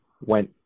went